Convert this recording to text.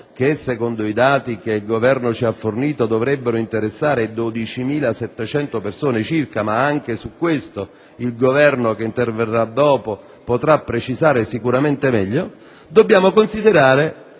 che secondo i dati che il Governo ci ha fornito dovrebbero interessare 12.700 persone circa (anche su questo il Governo che interverrà dopo potrà precisare sicuramente meglio), dobbiamo considerare